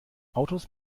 autos